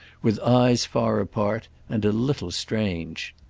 with eyes far apart and a little strange.